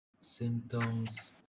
Symptoms